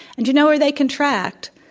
and do you know where they contract?